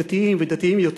יש דתיים ודתיים יותר,